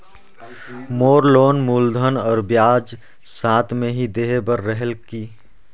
मोर loan मूलधन और ब्याज साथ मे ही देहे बार रेहेल की?